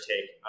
take